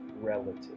relative